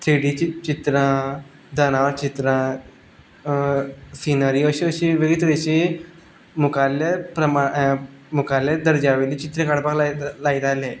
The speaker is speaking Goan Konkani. चित्रां जनावर चित्रां सिनरी अशीं अशीं वेगळी तरेचीं मुखारल्या मुखारल्या दर्ज्यावयलीं चित्रां काडपाक लायताले